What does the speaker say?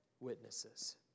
Witnesses